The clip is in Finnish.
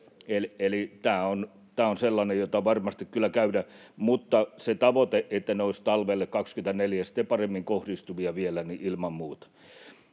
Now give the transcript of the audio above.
tämä on sellainen keskustelu, jota varmasti kyllä käydään. Mutta se tavoite, että ne olisivat talvelle 24 sitten paremmin kohdistuvia vielä — ilman muuta.